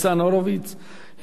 יעלה חבר הכנסת דב חנין.